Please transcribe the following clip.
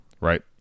right